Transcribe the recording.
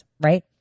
right